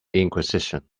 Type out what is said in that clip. inquisition